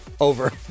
over